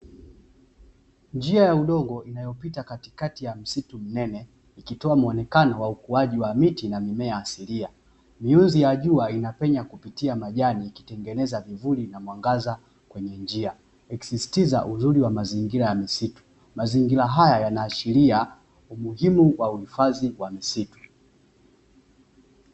Njia ya udongo inayopita katikati ya msitu mnene, ikitoa muonekano wa ukuaji wa miti na mimea asilia. Mionzi ya jua inapenya kupitia majani ikitengeneza vivuli na mwangaza kwenye njia, ikisisitiza uzuri wa mazingira ya misitu. Mazingira haya yanaashiria umuhimu wa uhifadhi wa misitu.